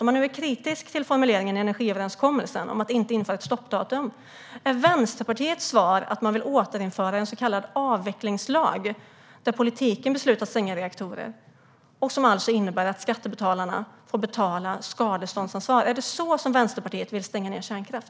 Om man är kritisk till formuleringen i energiöverenskommelsen om att inte införa ett stoppdatum, är Vänsterpartiets svar då att man vill återinföra en så kallad avvecklingslag där politiken beslutar att stänga reaktorer och som alltså innebär att skattebetalarna får betala skadestånd? Är det så Vänsterpartiet vill stänga ned kärnkraft?